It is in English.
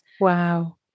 Wow